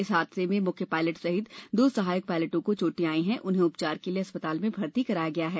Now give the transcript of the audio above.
इस हादसे में मुख्य पायलट सहित दो सहायक पायलटों को चोंटे आई हैं उन्हें उपचार के लिये अस्पताल में भर्ती कराया गया है